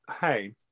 Hey